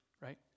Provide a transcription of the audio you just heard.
right